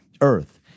earth